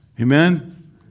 Amen